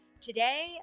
Today